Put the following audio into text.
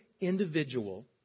individual